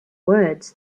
words